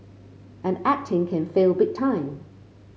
and acting can fail big time